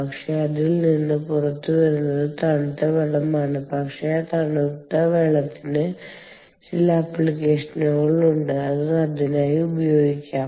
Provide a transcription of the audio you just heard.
പക്ഷെ അതിൽ നിന്നു പുറത്തു വരുന്നത് തണുത്ത വെള്ളമാണ് പക്ഷേ ആ തണുത്ത വെള്ളത്തിന് ചില ആപ്ലിക്കേഷനുകൾ ഉണ്ട് അത് അതിനായി ഉപയോഗിക്കാം